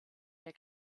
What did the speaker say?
der